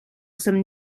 some